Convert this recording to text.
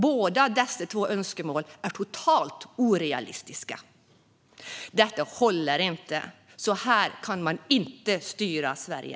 Båda dessa önskemål är totalt orealistiska. Detta håller inte. Så här kan man inte styra Sverige.